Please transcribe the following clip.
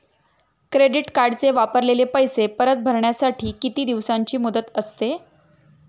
Credit कार्डचे वापरलेले पैसे परत भरण्यासाठी किती दिवसांची मुदत असते?